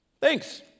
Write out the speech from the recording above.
Thanks